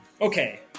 Okay